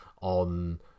on